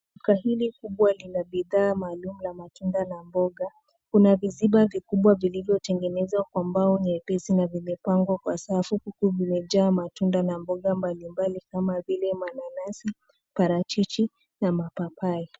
Duka hili kubwa lina bidhaa maalum la matunda na mboga. Kuna viziba vikubwa vilivyotengenezwa kwa mbao nyepesi na vimepangwa kwa safu huku vimejaa matunda na mboga mbalimbali kama vile mananasi, parachichi na mapapai.